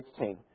16